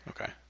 Okay